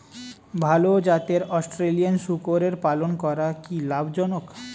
ভাল জাতের অস্ট্রেলিয়ান শূকরের পালন করা কী লাভ জনক?